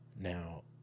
Now